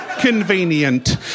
convenient